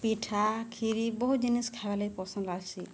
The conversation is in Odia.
ପିଠା କ୍ଷିରି ବହୁତ ଜିନିଷ୍ ଖାଇବା ଲାଗି ପସନ୍ଦ ଲାଗ୍ସି